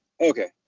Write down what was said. Okay